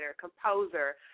composer